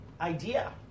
idea